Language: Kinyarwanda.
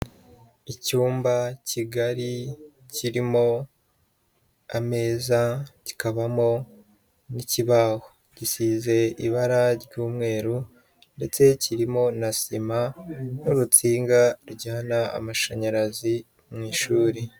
Icyumba kigari, kirimo ameza, kikabamo n'ikibaho, gisize ibara ry'umweru ndetse kirimo na sima n'urutsinga rujyana amashanyarazi mu ishuri.